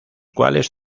cuales